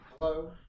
Hello